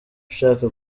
ushaka